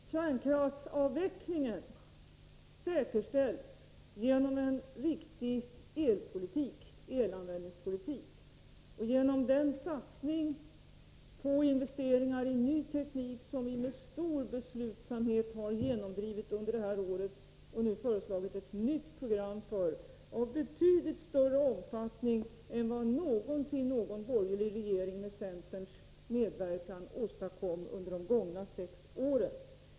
Fru talman! Kärnkraftsavvecklingen säkerställs genom en riktig elanvändningspolitik och genom den satsning på investeringar i ny teknik som vi med stor beslutsamhet har genomdrivit under det här året och för vilken vi har föreslagit ett nytt program av betydligt större omfattning än vad någonsin någon borgerlig regering med centerns medverkan åstadkom under de gångna sex åren.